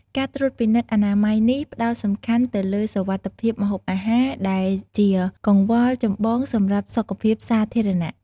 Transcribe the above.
ការត្រួតពិនិត្យអនាម័យនេះ ផ្តោតសំខាន់ទៅលើ សុវត្ថិភាពម្ហូបអាហារ ដែលជាកង្វល់ចម្បងសម្រាប់សុខភាពសាធារណៈ។